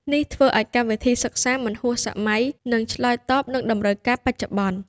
នេះធ្វើឱ្យកម្មវិធីសិក្សាមិនហួសសម័យ និងឆ្លើយតបនឹងតម្រូវការបច្ចុប្បន្ន។